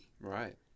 Right